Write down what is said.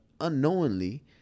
unknowingly